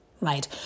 right